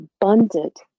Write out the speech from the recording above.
abundant